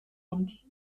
und